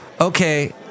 Okay